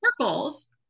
Circles